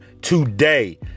today